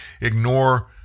ignore